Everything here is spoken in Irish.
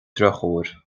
drochuair